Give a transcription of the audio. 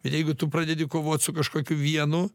bet jeigu tu pradedi kovoti su kažkokiu vienu